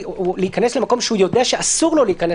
להיכנס למקום שהוא יודע שאסור לו להיכנס